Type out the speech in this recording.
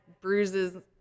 bruises